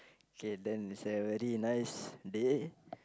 kay then it's a very nice day